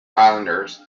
islanders